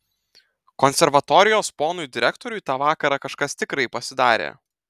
konservatorijos ponui direktoriui tą vakarą kažkas tikrai pasidarė